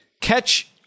catch